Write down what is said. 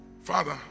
Father